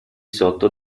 sotto